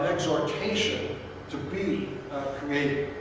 exhortation to be created.